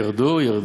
יֵרדו, יֵרדו.